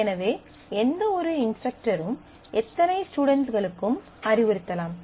எனவே எந்தவொரு இன்ஸ்ட்ரக்டரும் எத்தனை ஸ்டுடென்ட்களுக்கும் அறிவுறுத்தலாம்